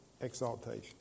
exaltation